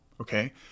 okay